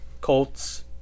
Colts